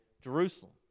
Jerusalem